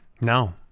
No